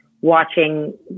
watching